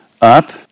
up